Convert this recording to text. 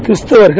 கிறிஸ்தவர்கள்